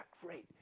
great